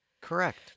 Correct